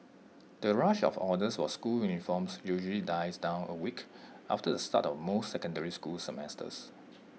the rush of orders for school uniforms usually dies down A week after the start of most secondary school semesters